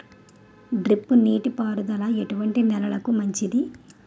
Drip నీటి పారుదల ఎటువంటి నెలలకు మంచిది?